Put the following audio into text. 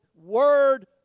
word